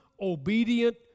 obedient